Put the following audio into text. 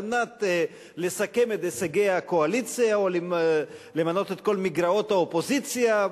מנת לסכם את הישגי הקואליציה או למנות את כל מגרעות האופוזיציה,